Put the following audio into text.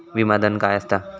विमा धन काय असता?